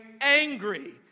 angry